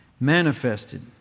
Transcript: manifested